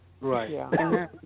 Right